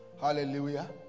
Hallelujah